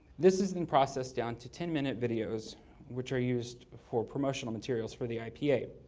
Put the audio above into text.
this is then processed down to ten minute videos which are used for promotional materials for the ipa.